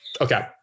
Okay